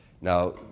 Now